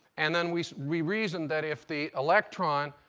and then we we reason that if the electron,